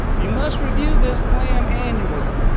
you must review this plan annually.